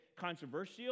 controversial